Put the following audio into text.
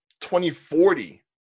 2040